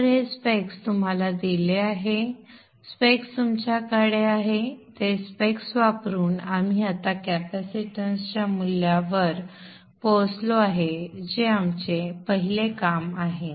तर हे स्पेक्स तुम्हाला दिलेले आहेत हे स्पेक्स तुमच्याकडे आहेत ते स्पेक्स वापरून आपण आता कॅपेसिटन्स c च्या मूल्यावर पोहोचलो आहोत जे आपले पहिले काम आहे